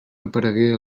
aparegué